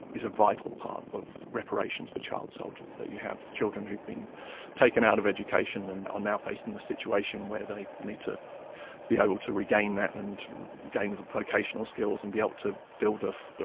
is a vital part of reparations for child soldiers, that you have children who've been taken out of education and are now facing the situation where they need to be able to regain that and gain vocational skills and be able to build a,